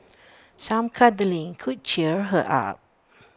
some cuddling could cheer her up